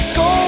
go